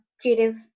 creative